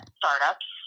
startups